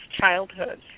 childhood